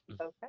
Okay